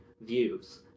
views